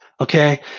okay